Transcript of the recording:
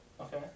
Okay